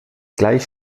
gleich